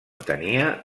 tenia